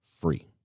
free